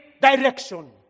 direction